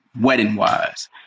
wedding-wise